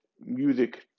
music